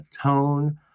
tone